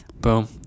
boom